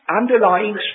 underlying